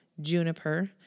juniper